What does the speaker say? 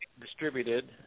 distributed